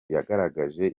yagaragaje